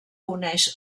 uneix